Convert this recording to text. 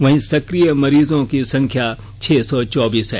वहीं सकिय मरीजों की संख्या छह सौ चौबीस है